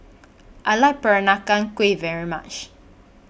I like Peranakan Kueh very much